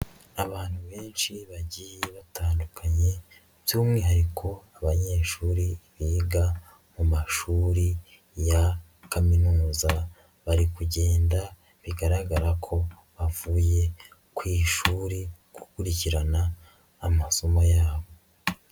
Abantu benshi bagiye batandukanye by'umwihariko abanyeshuri biga mu mashuri ya Kaminuza, bari kugenda bigaragara ko bavuye ku ishuri gukurikirana amasomo yabo.